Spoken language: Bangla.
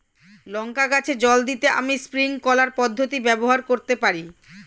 লঙ্কা গাছে জল দিতে আমি স্প্রিংকলার পদ্ধতি ব্যবহার করতে পারি?